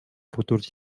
futurs